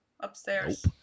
upstairs